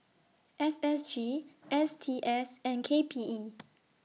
S S G S T S and K P E